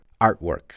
artwork